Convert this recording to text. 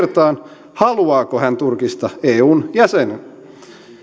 kahteen kertaan haluaako hän turkista eun jäsenen